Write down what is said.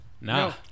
No